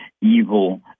evil